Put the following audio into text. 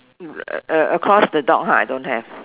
uh uh across the dog ha I don't have